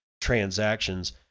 transactions